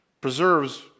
preserves